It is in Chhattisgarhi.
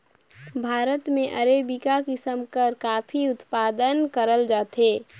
भारत में अरेबिका किसिम कर काफी उत्पादन करल जाथे